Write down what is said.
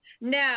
No